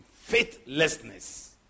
Faithlessness